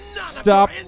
Stop